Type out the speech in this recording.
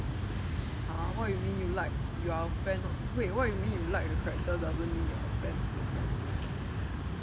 !huh! what you mean you like you are a fan wait what you mean like the character doesn't mean you are a fan of the character